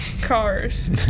Cars